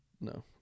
No